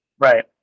Right